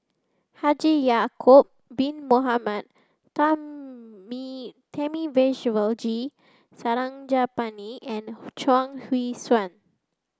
Haji Ya'acob Bin Mohamed Thamizhavel G Sarangapani and Chuang Hui Tsuan